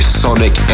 sonic